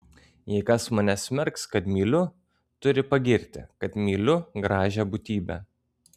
jei kas mane smerks kad myliu turi pagirti kad myliu gražią būtybę